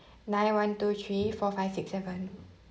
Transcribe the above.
nine one two three four five six seven